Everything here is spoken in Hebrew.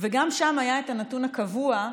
גם שם היה הנתון הקבוע,